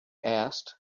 asked